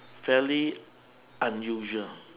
fairly unusual